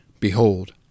Behold